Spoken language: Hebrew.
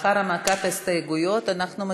לאחר הנמקת ההסתייגויות אנחנו עוברים להצבעה.